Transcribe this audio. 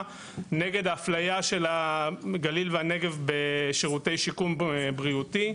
נגד האפליה של הגליל והנגב בשירותי שיקום בריאותי.